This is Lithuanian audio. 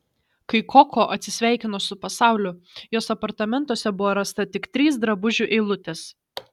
kai koko atsisveikino su pasauliu jos apartamentuose buvo rasta tik trys drabužių eilutės